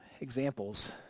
examples